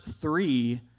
three